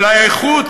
אלא האיכות,